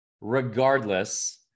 regardless